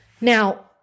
Now